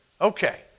Okay